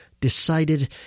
decided